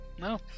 No